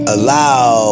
Allow